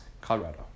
Colorado